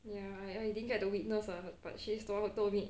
ya and I didn't get to witness ah but she's the one who told me